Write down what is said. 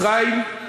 מצרים,